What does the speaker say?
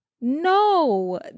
no